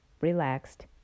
relaxed